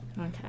Okay